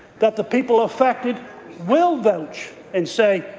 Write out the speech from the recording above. that the people affected will vouch and say,